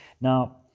Now